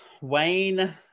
Wayne